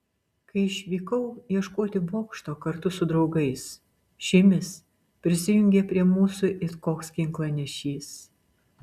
kai išvykau ieškoti bokšto kartu su draugais šimis prisijungė prie mūsų it koks ginklanešys